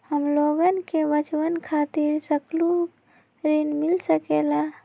हमलोगन के बचवन खातीर सकलू ऋण मिल सकेला?